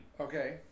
Okay